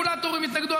הרגולטורים התנגדו,